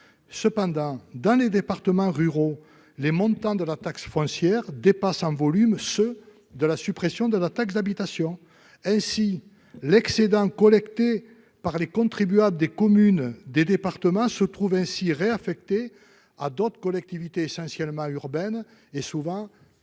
Toutefois, dans les départements ruraux, les montants de la taxe foncière dépassent en volume ceux de la suppression de la taxe d'habitation. L'excédent collecté par les contribuables des communes dudit département se trouve ainsi réaffecté à d'autres collectivités, essentiellement urbaines et souvent plus aisées.